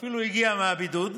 שאפילו הגיע מהבידוד,